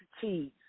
cheese